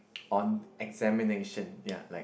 on examination ya like